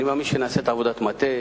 אני מאמין שנעשית עבודת מטה,